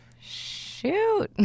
shoot